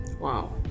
Wow